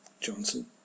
Johnson